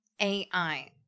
AI